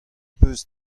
peus